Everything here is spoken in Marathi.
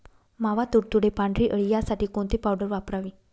मावा, तुडतुडे, पांढरी अळी यासाठी कोणती पावडर वापरावी?